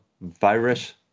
virus